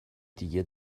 دیگه